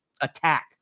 attack